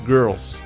Girls